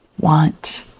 want